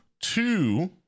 two